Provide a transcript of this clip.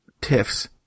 tiffs